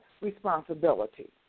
responsibility